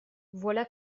voilà